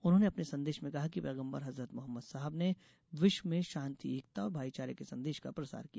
उन्होंने अपने संदेश में कहा है कि पेगम्बर हजरत मोहम्मद साहब ने विश्व में शान्ति एकता और माईचारे के संदेश का प्रसार किया